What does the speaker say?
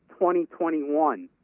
2021